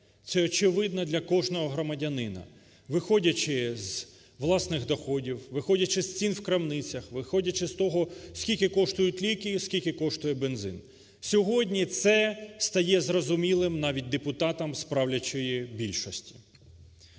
Це очевидно для кожного громадянина, виходячи з власних доходів, виходячи з цін в крамницях, виходячи з того, скільки коштують ліки і скільки коштує бензин. Сьогодні це стає зрозумілим навіть депутатам з правлячої більшості.